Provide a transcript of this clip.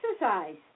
exercise